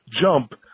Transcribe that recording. jump